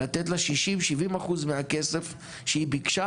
לתת לה 60-70 אחוז מהכסף שהיא ביקשה,